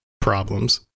problems